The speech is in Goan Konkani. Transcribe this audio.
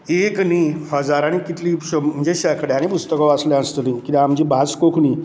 एक न्ही हजारांनी कितली म्हणजे शेंकड्यांनी पुस्तकां वाचल्यां आसतलीं कित्याक आमची भास कोंकणी